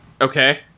Okay